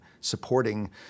supporting